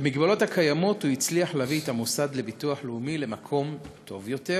במגבלות הקיימות הוא הצליח להביא את המוסד לביטוח לאומי למקום טוב יותר.